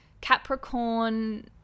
Capricorn